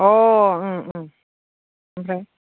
अ ओं ओं ओमफ्राय